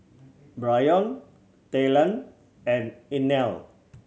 Bryon Talen and Inell